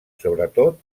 sobretot